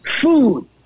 food